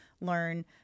learn